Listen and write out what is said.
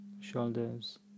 shoulders